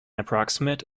approximate